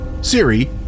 Siri